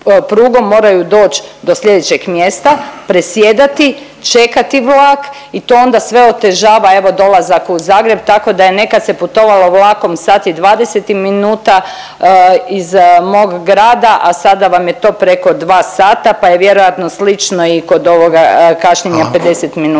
moraju doć do slijedećeg mjesta, presjedati, čekati vlak i to onda sve otežava evo dolazak u Zagreb, tako da nekad se putovalo vlakom sat i 20 minuta iz mog grada, a sada vam je to preko dva sata, pa je vjerojatno slično i kod ovoga kašnjenja 50 minuta.